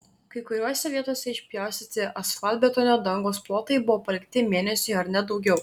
kai kuriose vietose išpjaustyti asfaltbetonio dangos plotai buvo palikti mėnesiui ar net daugiau